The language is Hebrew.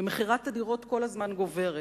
ומכירת הדירות כל הזמן גוברת.